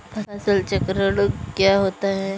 फसल चक्रण क्या होता है?